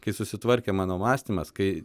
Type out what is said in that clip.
kai susitvarkė mano mąstymas kai